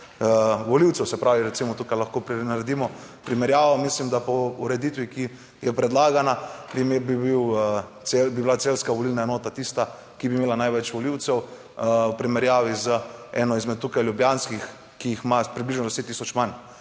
volivcev. Se pravi, recimo tukaj lahko naredimo primerjavo, mislim, da po ureditvi, ki je predlagana. Primer bi bila celjska volilna enota tista, ki bi imela največ volivcev v primerjavi z eno izmed tukaj ljubljanskih, ki jih ima približno 10000 manj.